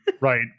Right